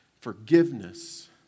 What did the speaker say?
forgiveness